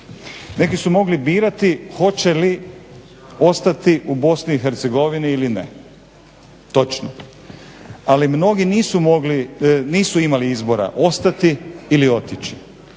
Neki su mogli birati hoće li ostati u BIH ili ne. Točno. Ali mnogi nisu imali izbora ostati ili otići.